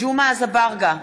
ג'מעה אזברגה,